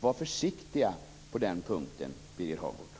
Var försiktig på den punkten, Birger Hagård!